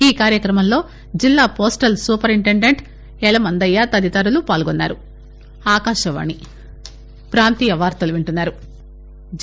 ఈ కార్యక్రమంలో జిల్లా పోస్టల్ సూపరింటెండెంట్ ఎలమందయ్య తదితరులు పాల్గొన్నారు